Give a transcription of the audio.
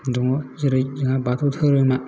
दङ जेरै जोंहा बाथौ धोरोमा